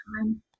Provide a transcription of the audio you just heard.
time